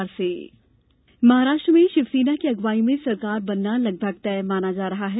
महाराष्ट्र सरकार महाराष्ट्र में शिवसेना की अगुवाई में सरकार बनना लगभग तय माना जा रहा है